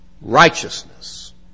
Righteousness